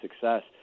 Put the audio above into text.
success